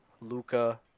Luca